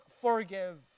forgive